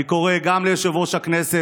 אני קורא גם ליושב-ראש הכנסת,